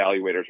evaluators